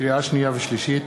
לקריאה שנייה ושלישית: